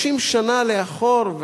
30 שנה לאחור,